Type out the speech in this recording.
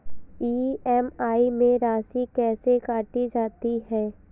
EMI में राशि कैसे काटी जाती है?